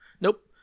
Nope